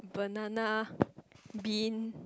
banana bean